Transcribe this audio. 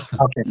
Okay